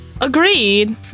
agreed